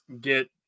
get